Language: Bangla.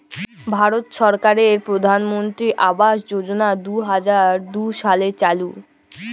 ভারত সরকারের পরধালমলত্রি আবাস যজলা দু হাজার দু সালে চালু